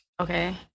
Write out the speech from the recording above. Okay